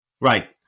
Right